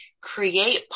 create